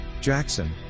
Jackson